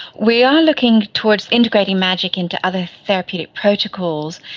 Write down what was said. we are looking towards integrating magic into other therapeutic protocols.